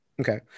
Okay